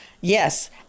Yes